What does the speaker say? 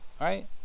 right